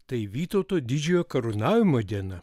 tai vytauto didžiojo karūnavimo diena